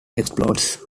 explodes